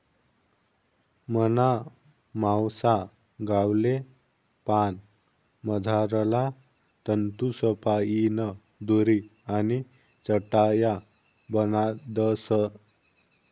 मना मावसा गावले पान मझारला तंतूसपाईन दोरी आणि चटाया बनाडतस